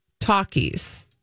Talkies